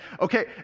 okay